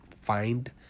find